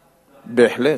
בהחלט,